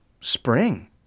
Spring